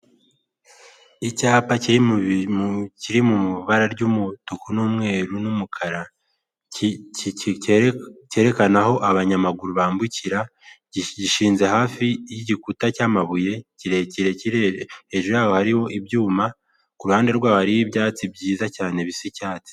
Icyapa kiri mu ibara ry'umutuku n'umweru n'umukara cyerekana aho abanyamaguru bambukira gishinze hafi y'igikuta cy'amabuye kirekirerere hejuru yaho hariho ibyuma ku ruhande rwaho hari y'ibyatsi byiza cyane bisi icyatsi.